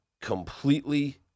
completely